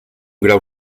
grau